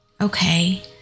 Okay